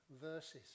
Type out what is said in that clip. verses